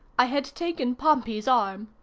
i had taken pompey's arm.